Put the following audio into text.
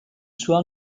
soir